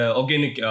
organic